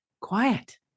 quiet